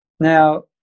Now